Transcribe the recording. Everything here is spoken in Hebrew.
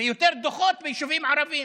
ויותר דוחות ביישובים ערביים.